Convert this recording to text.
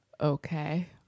Okay